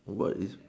about it